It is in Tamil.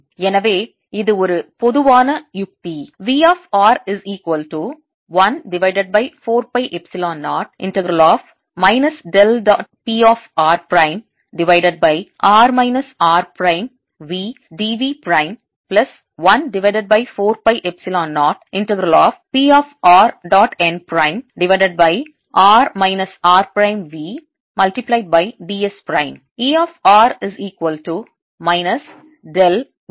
எனவே இது ஒரு பொதுவான யுக்தி